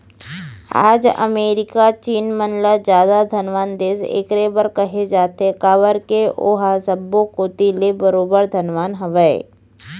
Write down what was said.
आज अमेरिका चीन मन ल जादा धनवान देस एकरे बर कहे जाथे काबर के ओहा सब्बो कोती ले बरोबर धनवान हवय